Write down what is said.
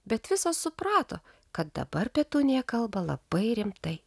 bet visos suprato kad dabar petunija kalba labai rimtai